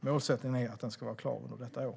Målsättningen är att den ska vara klar under detta år.